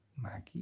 Maggie